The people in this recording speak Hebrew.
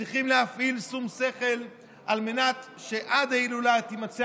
צריכים לפעול בשום שכל על מנת שעד ההילולה יימצא